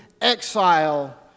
exile